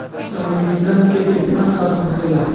संवितरण के केतना शर्त होखेला?